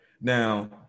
Now